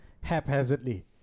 haphazardly